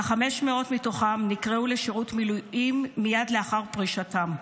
כ-500 מתוכם נקראו לשירות מילואים מייד לאחר פרישתם.